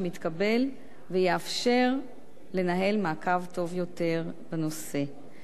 שמתקבל ויאפשר לנהל מעקב טוב יותר בנושא.